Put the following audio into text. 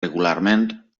regularment